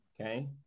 okay